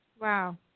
Wow